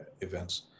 events